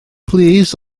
plîs